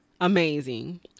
amazing